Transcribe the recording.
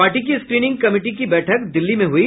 party की screening committee की बैठक दिल्ली में हुई